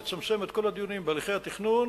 לצמצם את כל הדיונים בהליכי התכנון,